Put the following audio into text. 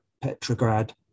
Petrograd